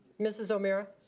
mrs. omara,